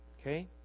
Okay